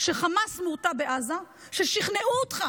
שחמאס מורתע בעזה, שכנעו אותך